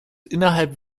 innerhalb